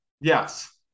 yes